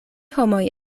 homoj